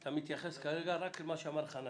על מה שאמר חנן.